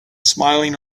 smiling